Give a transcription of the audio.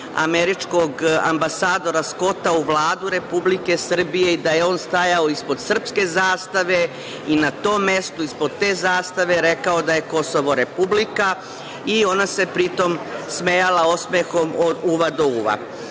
američkog ambasadora Skota u Vladu Republike Srbije i da je on stajao ispod srpske zastave i na tom mestu ispod te zastave rekao da je Kosovo republika i ona se pri tome smejala osmehom od uva do uva.